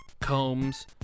combs